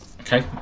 okay